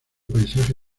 paisaje